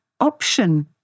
option